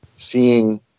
seeing